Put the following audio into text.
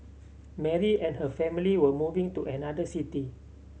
Mary and her family were moving to another city